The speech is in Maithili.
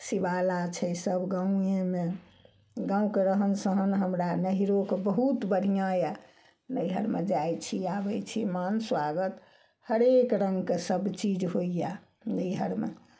शिबाला छै सब गाँवेमे गाँवके रहन सहन हमरा नैहिरोके बहुत बढ़िऑं यऽ नैहरमे जाइ छी आबै छी मान स्वागत हरेक रङ्गके सब चीज होइया नैहरमे